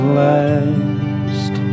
last